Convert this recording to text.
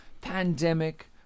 pandemic